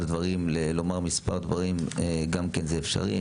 הדברים לומר מספר דברים גם כן זה אפשרי,